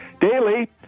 daily